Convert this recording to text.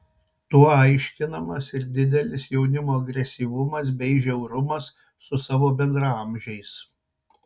tuo aiškinamas ir didelis jaunimo agresyvumas bei žiaurumas su savo bendraamžiais